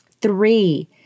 Three